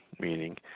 meaning